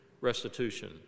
restitution